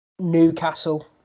Newcastle